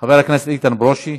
חבר הכנסת איתן ברושי,